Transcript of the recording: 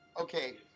Okay